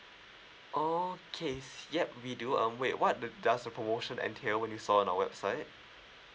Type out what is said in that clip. okay s~ yup we do um wait what does the promotion entail when you saw on our website